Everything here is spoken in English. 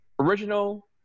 original